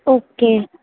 okay